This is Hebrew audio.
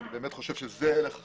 אני באמת חושב שזה הלך החשיבה.